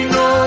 no